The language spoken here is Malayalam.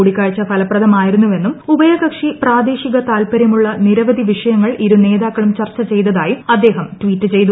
കൂടികാഴ്ച ഫലപ്രദമായിരുന്നുവെന്നും ഉഭയകക്ഷി പ്രാദേശിക താല്പര്യമുള്ള നിരവധി വിഷയങ്ങൾ ഇരു നേതാക്കളും ചർച്ച ചെയ്തതായും അദ്ദേഹം ട്വീറ്റ് ചെയ്തു